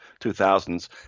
2000s